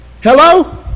Hello